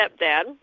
stepdad